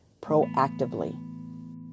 proactively